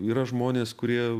yra žmonės kurie